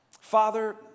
Father